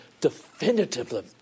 definitively